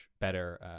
better